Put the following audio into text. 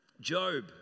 Job